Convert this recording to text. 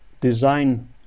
design